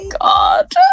god